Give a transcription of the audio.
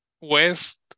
west